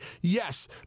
Yes